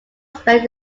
spent